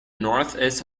northeast